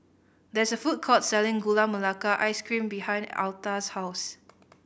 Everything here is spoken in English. there is a food court selling Gula Melaka Ice Cream behind Altha's house